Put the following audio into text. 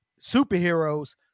superheroes